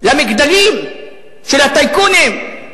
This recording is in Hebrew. למגדלים של הטייקונים?